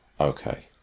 Okay